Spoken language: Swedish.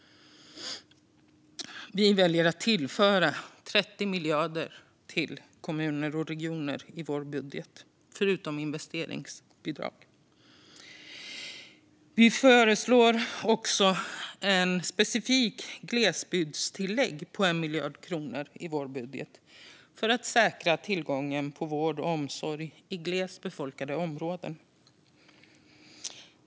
Vi väljer att tillföra 30 miljarder till kommuner och regioner i vår budget, utöver investeringsbidrag. I vår budget föreslår vi också ett specifikt glesbygdstillägg på 1 miljard kronor, för att säkra tillgången på vård och omsorg i glest befolkade områden.